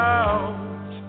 out